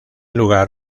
lugar